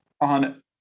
On